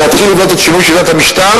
זה שיש להתחיל לבנות את שינוי שיטת המשטר.